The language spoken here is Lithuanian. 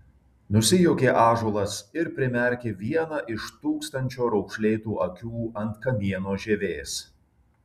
nusijuokė ąžuolas ir primerkė vieną iš tūkstančio raukšlėtų akių ant kamieno žievės